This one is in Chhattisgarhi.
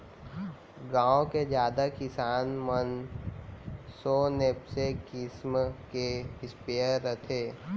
गॉँव के जादा किसान मन सो नैपसेक किसम के स्पेयर रथे